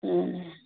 ഉം